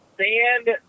sand